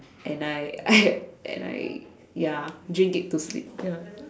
and I I and I ya drink it to sleep ya